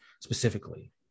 specifically